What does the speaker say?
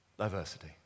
diversity